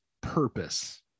purpose